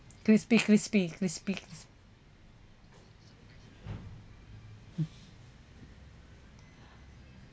crispy crispy crispy crisp